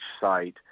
site